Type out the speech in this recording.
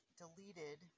deleted